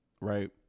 right